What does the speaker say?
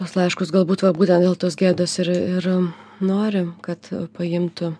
tuos laiškus galbūt va būtent dėl tos gėdos ir ir nori kad paimtų